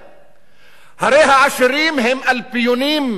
הרי העשירים הם אלפיונים ומאיונים.